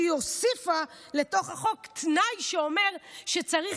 שהיא הוסיפה לתוך החוק תנאי שאומר שצריך